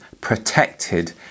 protected